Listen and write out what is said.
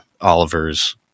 Oliver's